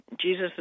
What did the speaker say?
Jesus